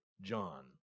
John